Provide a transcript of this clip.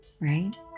right